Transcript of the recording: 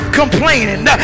complaining